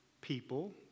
people